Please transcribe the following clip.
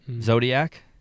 Zodiac